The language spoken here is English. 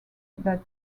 that